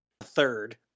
third